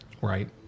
right